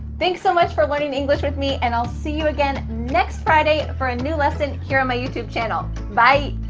thanks so much for learning english with me. and i'll see you again next friday, for a new lesson here on my youtube channel. bye.